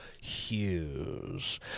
Hughes